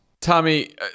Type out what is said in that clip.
Tommy